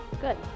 Good